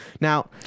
Now